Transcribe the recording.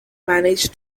managed